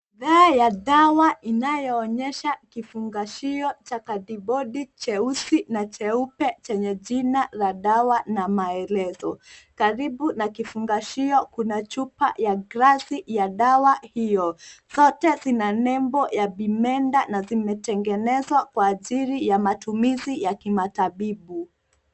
Dawa ya dawa inayoonyesha kifungashio cha kadibodi cheusi na cheupe chenye jina la dawa na maelezo karibu na kifungashio, kuna chupa ya glasi ya dawa hiyo zote zina nembo ya vimenda na vimetengenezwa kwa ajili ya matumizi ya kimatabibu.